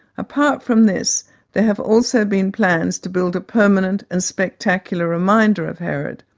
apart from this there have also been plans to build a permanent and spectacular reminder of herod.